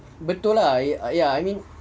betul lah I mean